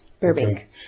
Burbank